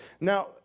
Now